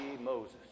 Moses